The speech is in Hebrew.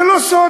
זה לא סוד.